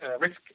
risk